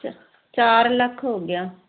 ਚਾਰ ਲੱਖ ਹੋ ਗਿਆ